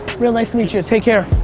real nice to meet you, take care.